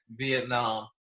Vietnam